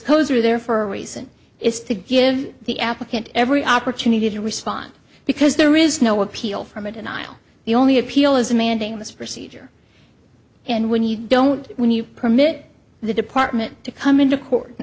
codes are there for a reason is to give the applicant every opportunity to respond because there is no appeal from a denial the only appeal is demanding this procedure and when you don't when you permit the department to come into court